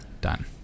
done